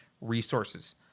resources